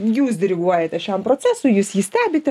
jūs diriguojate šiam procesui jūs jį stebite